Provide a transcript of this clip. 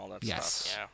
yes